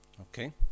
Okay